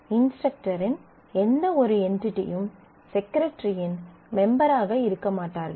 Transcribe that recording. இன்ஸ்ட்ரக்டரின் எந்தவொரு என்டிடியும் செக்ரட்ரி இன் மெம்பர் ஆக இருக்க மாட்டார்கள்